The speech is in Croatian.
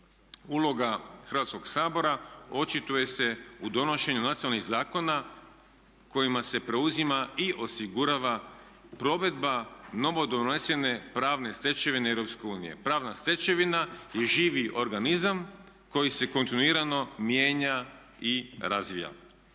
uloga Hrvatskog sabora očituje se u donošenju nacionalnih zakona kojima se preuzima i osigurava provedba novo donesene pravne stečevine EU. Pravna stečevina je živi organizam koji se kontinuirano mijenja i razvija.